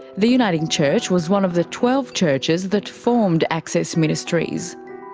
the uniting church was one of the twelve churches that formed access ministries.